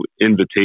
invitation